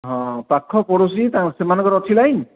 ହଁ ପାଖ ପଡ଼ୋଶୀ ତାଙ୍କ ସେମାନଙ୍କର ଅଛି ଲାଇନ୍